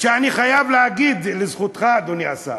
אני חייב להגיד לזכותך, אדוני השר,